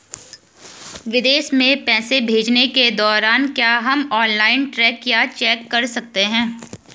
विदेश में पैसे भेजने के दौरान क्या हम ऑनलाइन ट्रैक या चेक कर सकते हैं?